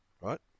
right